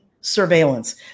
surveillance